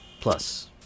Plus